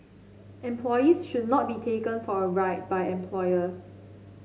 employees should not be taken for a ride by employers